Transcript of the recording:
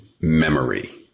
memory